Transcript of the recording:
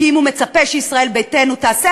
כי אם הוא מצפה שישראל ביתנו תעשה,